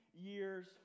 years